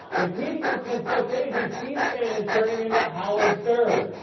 impeachment has been so crazy, c-span is turning into howard stern.